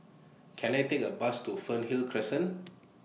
Can I Take A Bus to Fernhill Crescent